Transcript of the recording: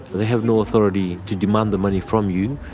they have no authority to demand the money from you,